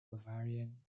bavarian